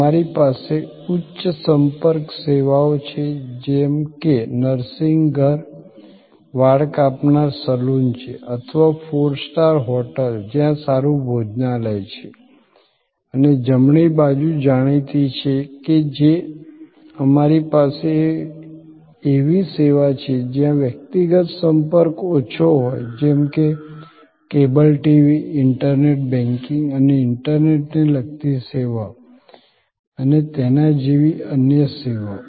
અમારી પાસે ઉચ્ચ સંપર્ક સેવાઓ છે જેમ કે નર્સિંગ ઘર વાળ કાપનાર સલૂન છે અથવા ફોર સ્ટાર હોટલ જયાં સારું ભોજનાલય છે અને જમણી બાજુ જાણીતી છે કે જે અમારી પાસે એવી સેવા છે જ્યાં વ્યક્તિગત સંપર્ક ઓછો હોય જેમકે કેબલ ટીવી ઇન્ટરનેટ બૅન્કિંગ અને ઇન્ટરનેટ ને લગતી સેવાઓ અને તેના જેવી અન્ય સેવાઓ